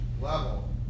level